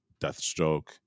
Deathstroke